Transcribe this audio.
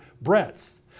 breadth